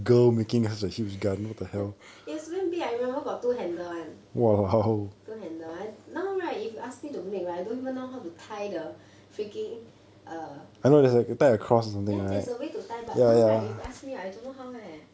it was dam big I remember got two handle [one] two handle now right if you ask me to make I don't even know how to tie the freaking err ya there's a way to tie but now if you ask me right I don't know how leh